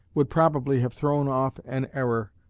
would probably have thrown off an error,